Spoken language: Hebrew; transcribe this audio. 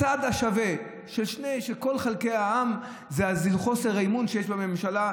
הצד השווה של כל חלקי העם זה חוסר האמון שיש בממשלה,